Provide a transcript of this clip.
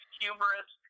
humorous